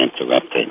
interrupted